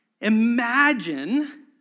Imagine